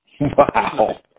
wow